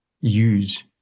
use